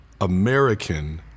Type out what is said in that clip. American